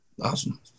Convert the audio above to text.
Awesome